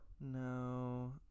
No